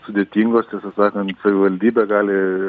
sudėtingos tiesą sakant savivaldybė gali